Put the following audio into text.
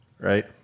right